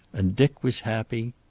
and dick was happy.